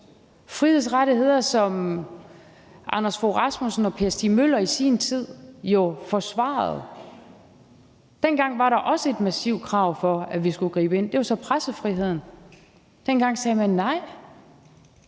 frihedsrettigheder, som Anders Fogh Rasmussen og Per Stig Møller i sin tid jo forsvarede. Dengang var der også et massivt krav om, at vi skulle gribe ind. Det var så pressefriheden. Dengang sagde man: Nej,